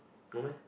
go where